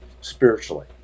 spiritually